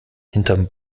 hinterm